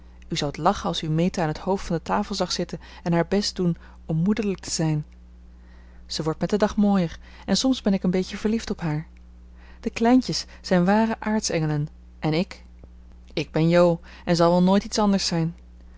u zoudt lachen als u meta aan t hoofd van de tafel zag zitten en haar best doen om moederlijk te zijn ze wordt met den dag mooier en soms ben ik een beetje verliefd op haar de kleintjes zijn ware aartsengelen en ik ik ben jo en zal wel nooit iets anders zijn